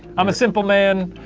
i'm a simple man.